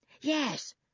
Yes